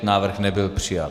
Návrh nebyl přijat.